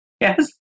Yes